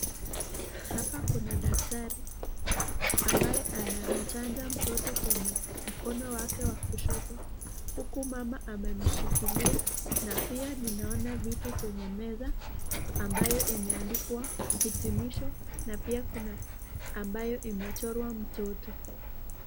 Hapa kuna daktari ambaye anamchanja mtoto kwenye mkono wake wa kushoto ,huku mama amemshikilia na pia ninaona vitu kwenye meza ambayo imeandikwa hitimisho na pia kuna ambayo imechorwa mtoto.